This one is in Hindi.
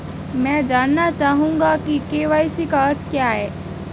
मैं जानना चाहूंगा कि के.वाई.सी का अर्थ क्या है?